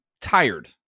tired